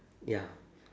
ya